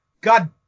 God